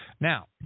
Now